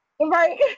Right